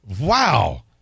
Wow